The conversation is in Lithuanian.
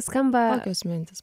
skamba tokios mintys